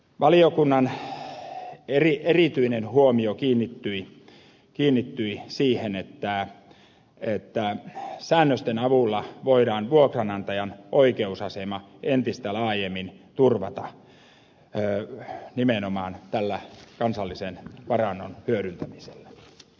valiokunnan erityinen huomio kiinnittyi siihen että säännösten avulla voidaan vuokranantajan oikeusasema entistä laajemmin turvata nimenomaan tällä kansallisen varannon hyödyntämisellä